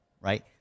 right